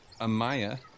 Amaya